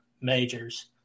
majors